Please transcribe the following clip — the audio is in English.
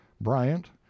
bryant